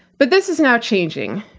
but this is now changing.